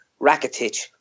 Rakitic